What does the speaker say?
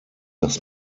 das